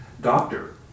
doctor